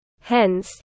Hence